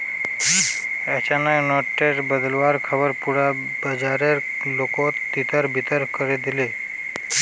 अचानक नोट टेर बदलुवार ख़बर पुरा बाजारेर लोकोत तितर बितर करे दिलए